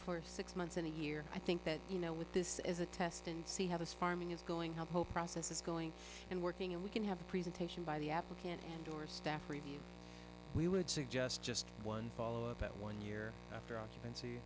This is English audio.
for six months and a year i think that you know with this is a test and see how this farming is going up whole process is going and working and we can have a presentation by the applicant or staff review we would suggest just one follow up that one year after occupancy